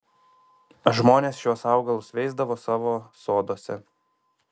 žmonės šiuos augalus veisdavo savo soduose